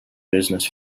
business